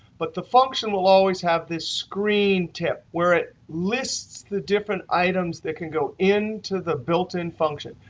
but the function will always have this screen tip, where it lists the different items that can go into the built-in function.